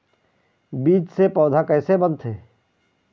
बीज से पौधा कैसे बनथे?